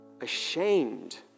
ashamed